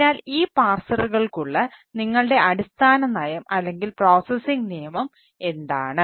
അതിനാൽ ഈ പാഴ്സറുകൾക്കുള്ള നിയമം എന്താണ്